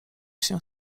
się